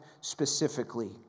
specifically